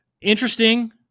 interesting